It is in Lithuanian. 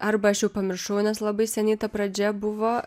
arba aš jau pamiršau nes labai seniai ta pradžia buvo